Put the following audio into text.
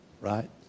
right